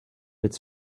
its